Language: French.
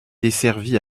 desservie